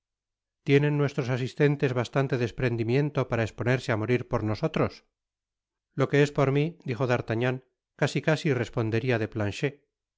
tienen nuestros asistentes bastante desprendimiento para esponerse á morir por nosotros lo que es por mi dijo d'artagnan casi casi respondería de planchet